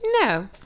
No